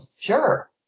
Sure